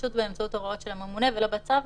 פשוט באמצעות ההוראות של הממונה ולא בצו.